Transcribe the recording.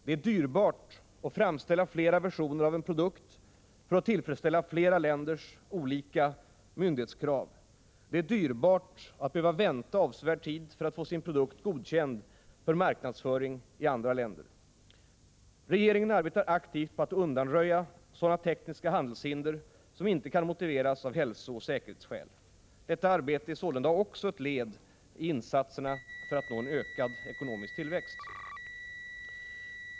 Det är dyrbart att framställa flera versioner av en produkt för att tillfredsställa flera länders olika myndighetskrav. Det är dyrbart att behöva vänta avsevärd tid för att få sin produkt godkänd för marknadsföring i andra länder. Regeringen arbetar aktivt på att undanröja sådana tekniska handelshinder som inte kan motiveras av hälsooch säkerhetsskäl. Detta arbete är sålunda också ett led i insatserna för att nå ökad ekonomisk tillväxt.